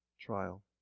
trial